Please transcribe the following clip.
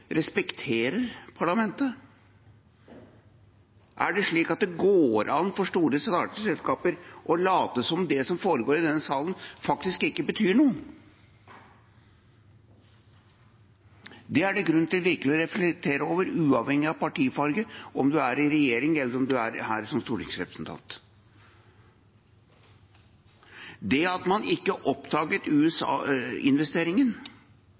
respekterer parlamentet? Er det slik at det går an for store statlige selskaper å late som om det som foregår i denne salen, faktisk ikke betyr noe? Det er det grunn til virkelig å reflektere over, uavhengig av partifarge, om man er i regjering, eller om man er her som stortingsrepresentant. Det at man ikke oppdaget